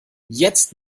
jetzt